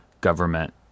government